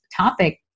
topic